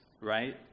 right